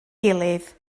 gilydd